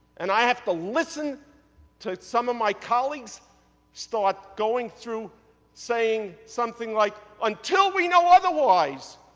and i have to listen to some of my colleagues start going through saying something like, until we know otherwise,